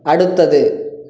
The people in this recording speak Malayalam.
അടുത്തത്